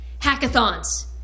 hackathons